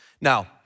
Now